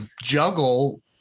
juggle